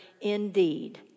indeed